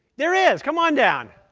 there is. come on down.